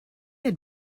had